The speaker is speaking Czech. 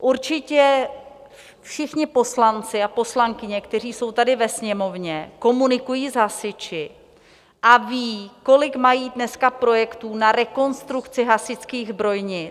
Určitě všichni poslanci a poslankyně, kteří jsou tady ve Sněmovně, komunikují s hasiči a ví, kolik mají dneska projektů na rekonstrukci hasičských zbrojnic.